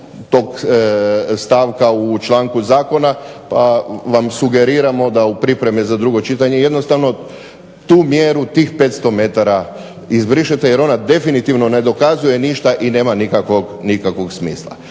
tog stavka u članku zakona pa vam sugeriramo da u pripremi za drugo čitanje jednostavno tu mjeru, tih 500 metara izbrišete jer ona definitivno ne dokazuje ništa i nema nikakvog smisla.